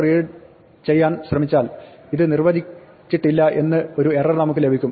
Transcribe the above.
read ചെയ്യാൻ ശ്രമിച്ചാൽ ഇത് നിർവ്വചിച്ചിട്ടില്ല എന്ന് ഒരു എറർ നമുക്ക് ലഭിക്കും